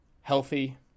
healthy